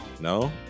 No